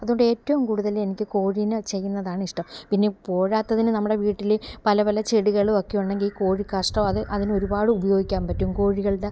അതു കൊണ്ട് ഏറ്റവും കൂടുതൽ എനിക്ക് കോഴീനെ ചെയ്യുന്നതാണിഷ്ടം പിന്നെ പോരാത്തതിന് നമ്മുടെ വീട്ടിൽ പല പല ചെടികളുമൊക്കെ ഉണ്ടെങ്കിൽ ഈ കോഴി കാഷ്ടമോ അത് അതിന് ഒരുപാട് ഉപയോഗിക്കാൻ പറ്റും കോഴികളുടെ